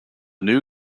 new